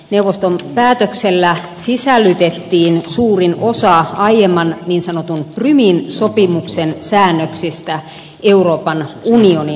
neuvoston päätöksellä sisällytettiin suurin osa aiemman niin sanotun prumin sopimuksen säännöksistä euroopan unionin säännöstöön